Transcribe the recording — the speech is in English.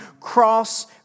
cross